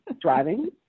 driving